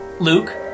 Luke